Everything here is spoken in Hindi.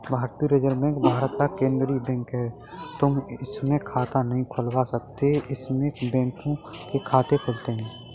भारतीय रिजर्व बैंक भारत का केन्द्रीय बैंक है, तुम इसमें खाता नहीं खुलवा सकते इसमें बैंकों के खाते खुलते हैं